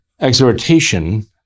exhortation